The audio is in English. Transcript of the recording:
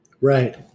Right